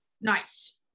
Nice